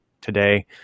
today